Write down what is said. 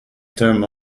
term